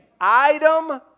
Item